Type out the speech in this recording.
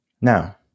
Now